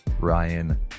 Ryan